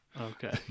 Okay